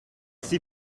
see